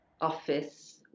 office